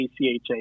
ACHA